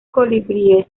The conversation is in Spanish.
colibríes